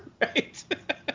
right